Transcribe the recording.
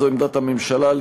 וזו עמדת הממשלה,